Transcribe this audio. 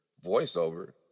voiceover